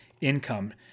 income